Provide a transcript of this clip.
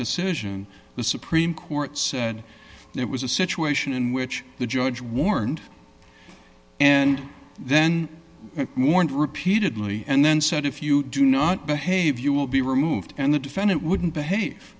decision the supreme court said there was a situation in which the judge warned and then warned repeatedly and then said if you do not behave you will be removed and the defendant wouldn't behave